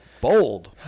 bold